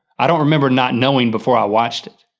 i don't remember not knowing before i watched it.